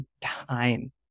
time